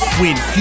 win